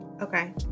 okay